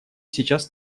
сейчас